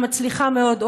המצליחה מאוד,